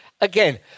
again